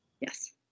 Yes